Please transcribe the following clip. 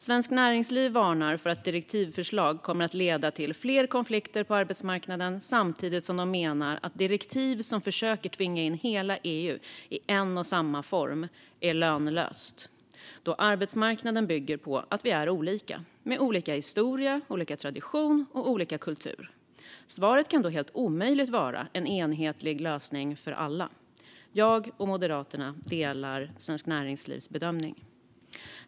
Svenskt Näringsliv varnar för att direktivförslaget skulle leda till fler konflikter på arbetsmarknaden. Samtidigt menar de att direktiv som försöker tvinga in hela EU i en och samma form är lönlösa, då arbetsmarknaden bygger på att vi är olika. Vi har olika historia, olika traditioner och olika kulturer. Svaret kan därför helt omöjligt vara en enhetlig lösning för alla. Jag och Moderaterna delar Svenskt Näringslivs bedömning.